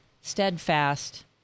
steadfast